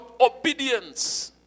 obedience